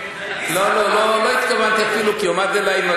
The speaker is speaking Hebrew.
לא, לא, לא, לא התכוונתי "אפילו".